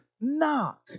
knock